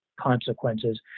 consequences